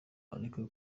areke